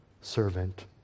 servant